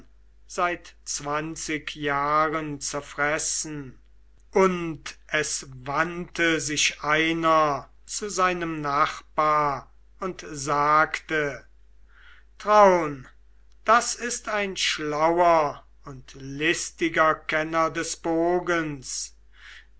seit zwanzig jahren zerfressen und es wandte sich einer zu seinem nachbar und sagte traun das ist ein schlauer und listiger kenner des bogens